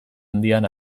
handian